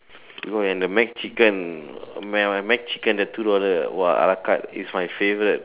bro and the McChicken the McChicken the two dollar !wah! ala-carte is my favourite